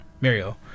Mario